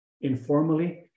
informally